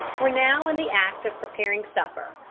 were now in the act of preparing supper.